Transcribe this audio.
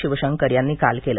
शिवशंकर यांनी काल केलं